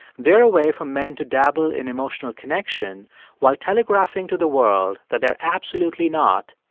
they're a way for men to dabble in emotional connection while telegraphing to the world that they're absolutely not,